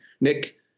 Nick